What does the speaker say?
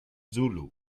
zulu